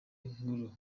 nkuru